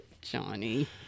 Johnny